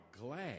glad